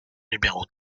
numéro